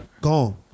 Gone